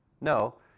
No